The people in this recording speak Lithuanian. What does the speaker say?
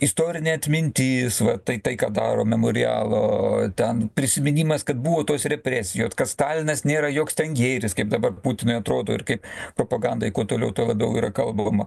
istorinė atmintis va tai tai ką daro memorialo ten prisiminimas kad buvo tos represijos kad stalinas nėra joks gėris kaip dabar putinui atrodo ir kaip propagandai kuo toliau tuo labiau yra kalbama